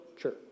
Sure